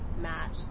match